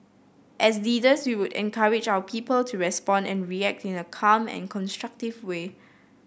as leaders we would encourage our people to respond and react in a calm and constructive way